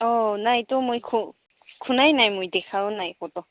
অঁ নাই তো মই খুনাই নাই মই দেখাও নাই ক'তো